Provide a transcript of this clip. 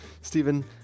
Stephen